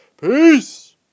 Peace